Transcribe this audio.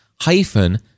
hyphen